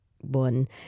one